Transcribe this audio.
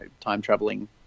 time-traveling